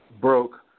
broke